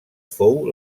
fou